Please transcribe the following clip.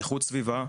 על איכות סביבה,